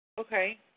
Okay